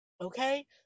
Okay